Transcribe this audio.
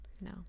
no